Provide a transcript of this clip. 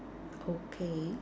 okay